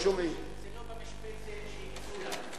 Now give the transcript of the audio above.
זה לא במשבצת שהם הקצו לנו.